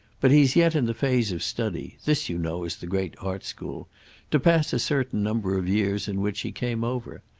but he's yet in the phase of study this, you know, is the great art-school to pass a certain number of years in which he came over.